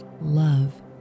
love